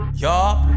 Y'all